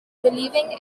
believing